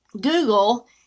Google